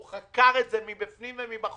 הוא חקר את זה מבפנים ומבחוץ,